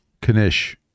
Kanish